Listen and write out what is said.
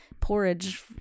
porridge